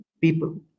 people